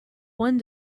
one